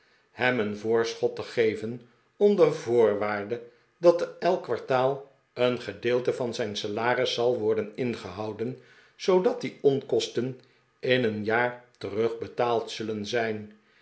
hem een voorschot te geven onder voorwaarde dat er elk kwartaal een gedeelte van zijn salaris zal worden ingehouden zoodat die onkosten in een jaar terugbetaald zullen zijn